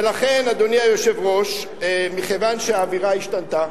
ולכן, אדוני היושב-ראש, מכיוון שהאווירה השתנתה,